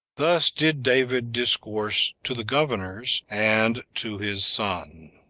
thus did david discourse to the governors, and to his son.